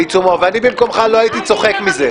הוא בעיצומו, ואני במקומך לא הייתי צוחק מזה.